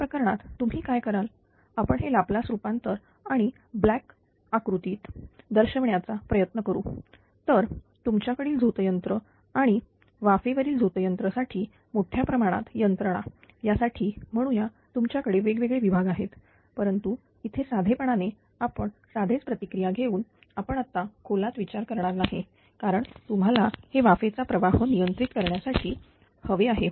या प्रकरणात तुम्ही काय कराल आपण हे लाप्लास रूपांतर आणि ब्लॅक आकृतीत दर्शविण्याचा प्रयत्न करू तर तुमच्याकडील झोतयंत्र आणि वाफेवरील झोतयंत्र साठी मोठ्याप्रमाणात यंत्रणा यासाठी म्हणूया तुमच्याकडे वेगवेगळे विभाग आहेत परंतु इथे साधेपणाने आपण साधेच प्रतिक्रीया घेऊया आपण आत्ता खोलात विचार करणार नाही कारण तुम्हाला हे वाफेचा प्रवाह नियंत्रित करण्यासाठी हवे आहे